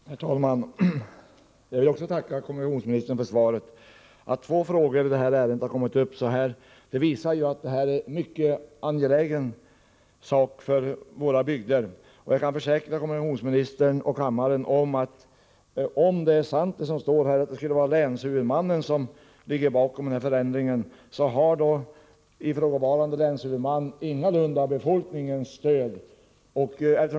Herr talman! Även jag vill tacka kommunikationsministern för svaret. Att två frågor framställts i detta ärende visar att det här är en mycket angelägen sak för bygderna i fråga. Jag kan försäkra kommunikationsministern och kammarens ledamöter att om det är så — som det står i svaret — att det är länshuvudmannen som ligger bakom förändringen, har ifrågavarande länshuvudman ingalunda befolkningens stöd.